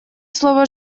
слово